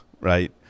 right